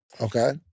Okay